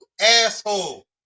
Asshole